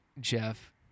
Jeff